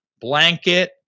Blanket